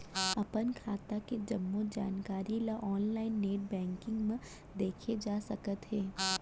अपन खाता के जम्मो जानकारी ल ऑनलाइन नेट बैंकिंग म देखे जा सकत हे